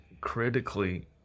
critically